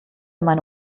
meine